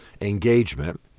engagement